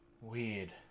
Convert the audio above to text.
weird